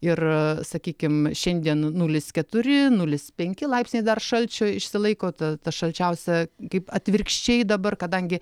ir sakykim šiandien nulis keturi nulis penki laipsniai dar šalčio išsilaiko tad ta šalčiausia kaip atvirkščiai dabar kadangi